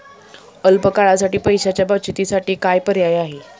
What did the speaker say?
अल्प काळासाठी पैशाच्या बचतीसाठी काय पर्याय आहेत?